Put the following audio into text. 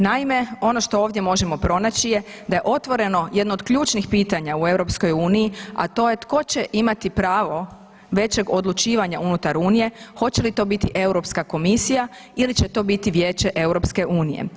Naime, ono što ovdje možemo pronaći je da je otvoreno jedno od ključnih pitanja u EU, a to je tko će imati pravo većeg odlučivanja unutar Unije, hoće li to biti Europska komisija ili će to biti Vijeće EU?